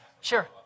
Sure